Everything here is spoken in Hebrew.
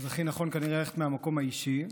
הכי נכון כנראה ללכת מהמקום האישי.